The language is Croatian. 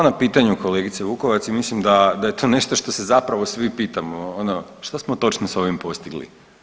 Hvala na pitanju kolegice Vukovac i mislim da, da je to nešto što se zapravo svi pitamo, ono što smo točno s ovim postigli.